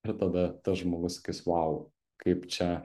ir tada tas žmogus sakis vau kaip čia